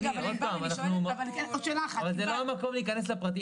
אבל זה לא המקום להיכנס לפרטים.